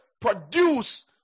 produce